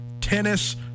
tennis